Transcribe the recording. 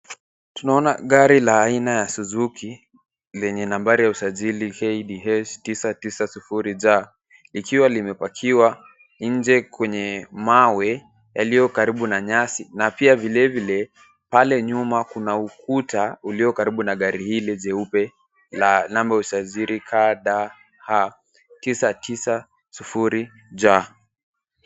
Tunaona gari la aina ya Suzuki lenye nambari ya usajili KDH 990 J likiwa limepakiwa nje kwenye mawe yaliyo karibu na nyasi na pia vile, vile, pale nyuma kuna ukuta uliokaribu na gari lile jeupe la namba ya usajili KDH 990 J